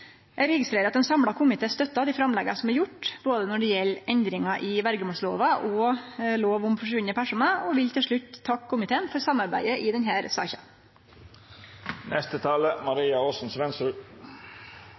Eg registrerer at ein samla komité støttar framlegga, når det gjeld både endringar i verjemålslova og lov om forsvunne personar, og vil til slutt takke komiteen for samarbeidet i